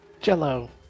Jello